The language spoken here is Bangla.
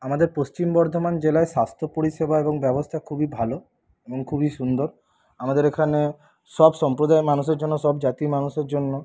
আমাদের পশ্চিম বর্ধমান জেলায় স্বাস্থ্য পরিষেবা এবং ব্যবস্থা খুবই ভালো এবং খুবই সুন্দর আমাদের এখানে সব সম্প্রদায় মানুষের জন্য সব জাতির মানুষের জন্য